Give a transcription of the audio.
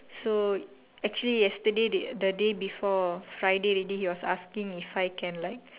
so actually yesterday they the day before Friday already he was asking if I can like